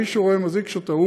מישהו רואה ומזעיק שוטר,